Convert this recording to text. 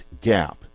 gap